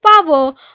power